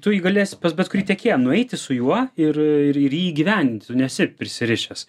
tu jį galėsi pas bet kurį tiekėją nueiti su juo ir ir jį įgyvendinti tu nesi prisirišęs